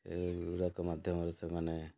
ଏ ଗୁଡ଼ାକ ମାଧ୍ୟମରେ ସେମାନେ